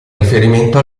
riferimento